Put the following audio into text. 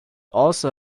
also